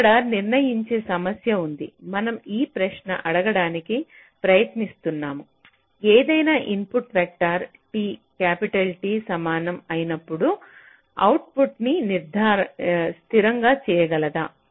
ఇక్కడ నిర్ణయించే సమస్య ఉంది మనం ఈ ప్రశ్న అడగడానికి ప్రయత్నిస్తున్నాము ఏదైనా ఇన్పుట్ వెక్టర్ t T సమానం అయినప్పుడు అవుట్పు ని స్థిరంగా చేయగలదా